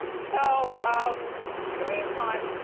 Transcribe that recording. so um in the meantime,